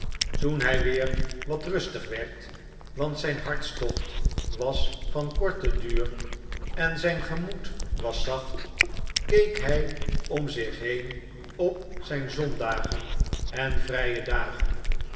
toen hy weer wat rustig werd want zyn hartstocht was van korten duur en zyn gemoed was zacht keek hij om zich heen op zyn zondagen en vrije dagen